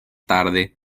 tarde